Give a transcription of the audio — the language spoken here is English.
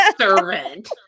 servant